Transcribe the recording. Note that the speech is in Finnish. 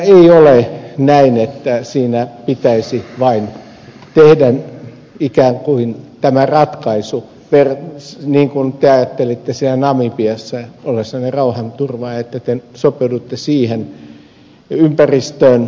ei ole näin että siinä pitäisi vain tehdä ikään kuin tämä ratkaisu niin kuin te ajattelitte siellä namibiassa ollessanne rauhanturvaaja että te sopeuduitte siihen ympäristöön